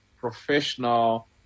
professional